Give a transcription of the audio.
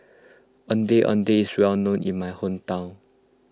Ondeh Ondeh is well known in my hometown